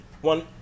One